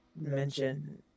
mention